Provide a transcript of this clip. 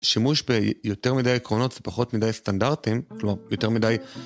שימוש ביותר מדי עקרונות ופחות מדי סטנדרטים, כלומר, יותר מדי...